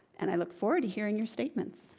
and i look forward to hearing your statements.